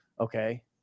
Okay